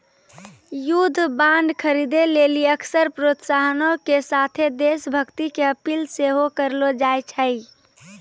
युद्ध बांड खरीदे लेली अक्सर प्रोत्साहनो के साथे देश भक्ति के अपील सेहो करलो जाय छै